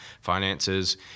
finances